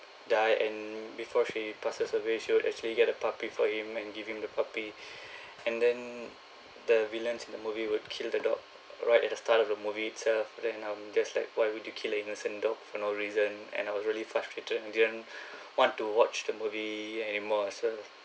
die and before she passes away she actually she would actually get a puppy for him and give him the puppy and then the villains in the movie would kill the dog right at the start of the movie itself then I'm just like why would you kill a innocent dog for no reason and I was really frustrated in the end want to watch the movie anymore ah so